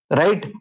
right